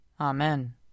Amen